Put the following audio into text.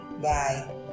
bye